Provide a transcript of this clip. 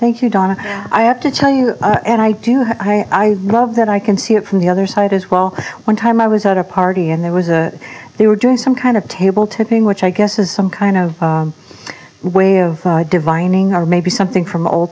thank you donna i have to tell you and i do have i love that i can see it from the other side as well one time i was at a party and there was a they were doing some kind of table to thing which i guess is some kind of way of dividing or maybe something from old